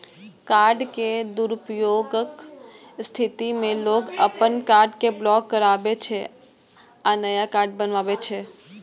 card के दुरुपयोगक स्थिति मे लोग अपन कार्ड कें ब्लॉक कराबै छै आ नया कार्ड बनबावै छै